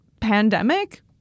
pandemic